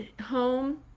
home